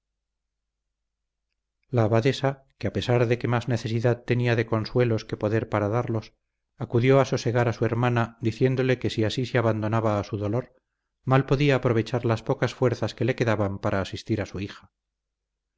la abadesa que a pesar de que más necesidad tenía de consuelos que poder para darlos acudió a sosegar a su hermana diciéndole que si así se abandonaba a su dolor mal podía aprovechar las pocas fuerzas que le quedaban para asistir a su hija